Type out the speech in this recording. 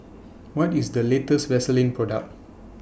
What IS The latest Vaselin Product